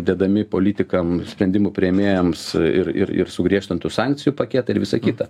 dedami politikam sprendimų priėmėjams ir ir sugriežtintų sankcijų paketai ir visa kita